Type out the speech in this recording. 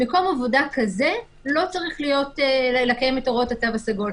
מקום עבודה כזה לא צריך לקיים את הוראות התו הסגול.